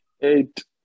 Eight